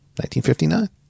1959